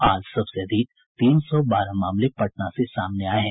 आज सबसे अधिक तीन सौ बारह मामले पटना से सामने आये हैं